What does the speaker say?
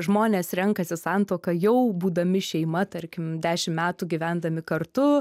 žmonės renkasi santuoką jau būdami šeima tarkim dešim metų gyvendami kartu